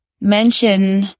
mention